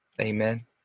Amen